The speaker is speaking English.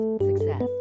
Success